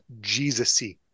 Jesus-y